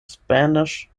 spanish